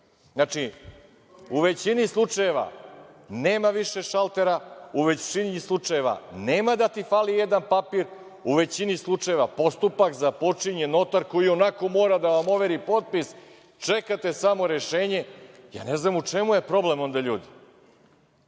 u većini slučajeva nema više šaltera, u većini slučajeva nema da ti fali jedan papir, u većini slučajeva postupak započinje notar, koji ionako mora da vam overi potpis, čekate samo rešenje. Ja ne znam u čemu je problem onda, ljudi?